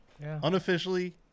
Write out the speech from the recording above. Unofficially